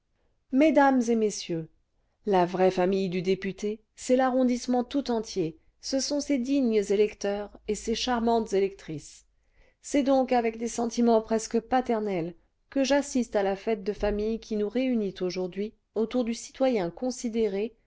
mesdames et messieurs la vraie famille du député c'est l'arrondissement font entier ce sont ses dignes électeurs et ses charmantes électrices c'est donc avec des sentiments presque paternels que j'assiste à la fête de famille qui nous réunit le vingtième siècle aujourd'hui autour du citoyen considéré